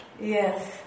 Yes